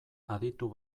aditu